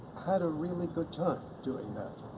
had a really good time doing that,